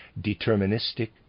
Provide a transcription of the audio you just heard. deterministic